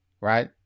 Right